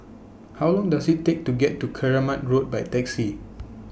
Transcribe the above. How Long Does IT Take to get to Keramat Road By Taxi